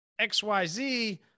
XYZ